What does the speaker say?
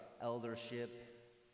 eldership